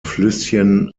flüsschen